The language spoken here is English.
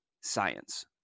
science